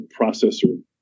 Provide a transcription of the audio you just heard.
processor